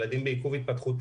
הילדים בגנים בעיכוב התפתחותי,